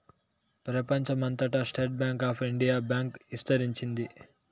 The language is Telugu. ప్రెపంచం అంతటా State Bank of India bank ఇస్తరించింది